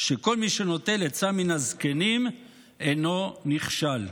שכל מי שנוטל עצה מן הזקנים אינו נכשל".